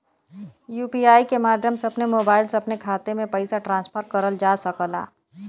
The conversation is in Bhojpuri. यू.पी.आई के माध्यम से अपने मोबाइल से अपने खाते में पइसा ट्रांसफर करल जा सकला